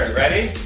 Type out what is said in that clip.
ready?